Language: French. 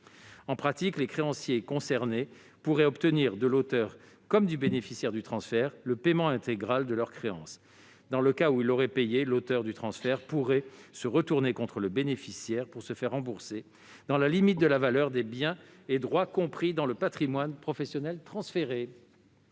En pratique, les créanciers concernés pourraient obtenir de l'auteur comme du bénéficiaire du transfert le paiement intégral de leur créance. Dans le cas où il aurait payé, l'auteur du transfert pourrait se retourner contre le bénéficiaire pour se faire rembourser, dans la limite de la valeur des biens et droits compris dans le patrimoine professionnel transféré.